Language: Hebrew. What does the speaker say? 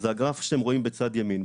זה הגרף שאתם רואים בצד ימין.